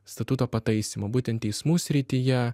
statuto pataisymo būtent teismų srityje